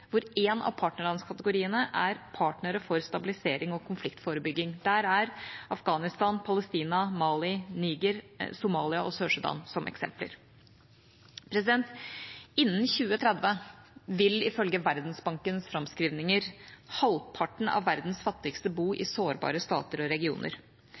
en av partnerlandskategoriene er partnere for stabilisering og konfliktforebygging. Der er Afghanistan, Palestina, Mali, Niger, Somalia og Sør-Sudan eksempler. Innen 2030 vil, ifølge Verdensbankens framskrivinger, halvparten av verdens fattigste bo i sårbare stater og regioner.